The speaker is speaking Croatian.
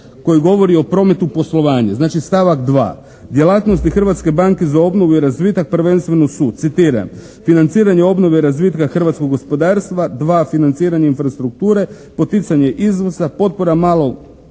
koji govori o prometu poslovanja. Znači stavak 2.: Djelatnosti Hrvatske banke za obnovu i razvitak prvenstveno su citiram: «Financiranje obnove i razvitka hrvatskog gospodarstva. 2. Financiranje infrastrukture, poticanje izvoza, potpora malom